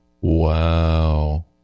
Wow